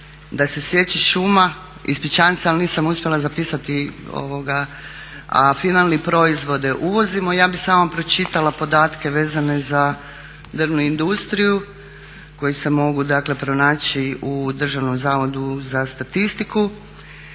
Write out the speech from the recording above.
da se sjeći šuma, ispričavam se ali nisam uspjela zapisati, a finalne proizvode uvozimo, ja bi samo pročitala podatke vezane za drvnu industriju koji se mogu dakle pronaći u Državnom zavodu za statistiku.